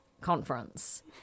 conference